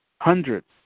hundreds